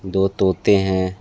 दो तोते हैं